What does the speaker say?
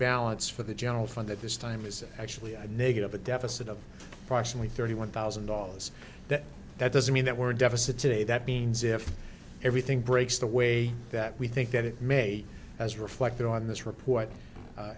balance for the general fund at this time is actually a negative a deficit of partially thirty one thousand dollars that doesn't mean that we're a deficit today that means if everything breaks the way that we think that it may as reflected on this report